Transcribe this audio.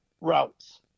routes